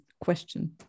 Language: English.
question